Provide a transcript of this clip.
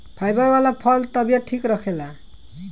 fibre वाला फल तबियत ठीक रखेला